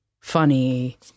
funny